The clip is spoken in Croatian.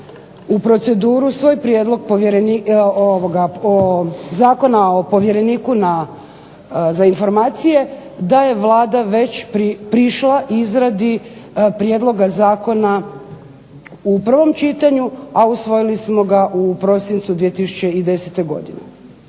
u proceduru svoj Zakona o povjereniku za informacije, da je Vlada već prišla izradi prijedloga zakona u prvom čitanju, a usvojili smo ga u prosincu 2010. godinu.